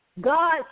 God